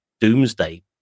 doomsday